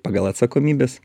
pagal atsakomybes